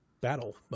battle